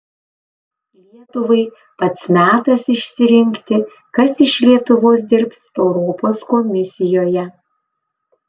lietuvai pats metas išsirinkti kas iš lietuvos dirbs europos komisijoje